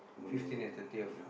fifteen and thirtieth